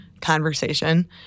conversation